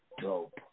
dope